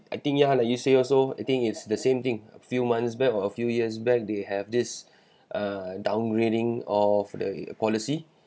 I think ya you say also I think it's the same thing a few months back or a few years back they have this uh downgrading of the policy